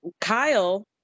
Kyle